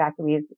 evacuees